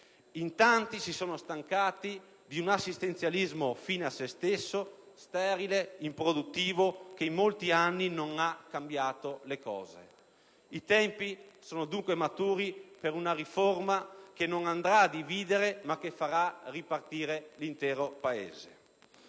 In tanti si sono stancati di un assistenzialismo fine a se stesso, sterile, improduttivo, che in molti anni non ha cambiato le cose. I tempi sono dunque maturi per una riforma che non andrà a dividere ma che farà ripartire l'intero Paese.